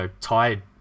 tied